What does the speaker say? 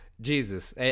Jesus